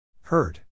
Hurt